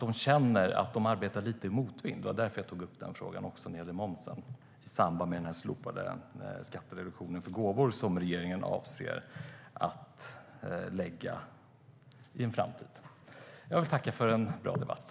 De känner att de arbetar lite i motvind. Det var därför jag tog upp frågan om momsen i samband med den slopade skattereduktionen för gåvor som regeringen avser att lägga fram förslag om i en framtid. Jag vill tacka för en bra debatt.